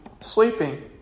Sleeping